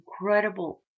incredible